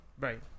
Right